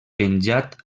penjat